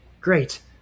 great